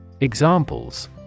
Examples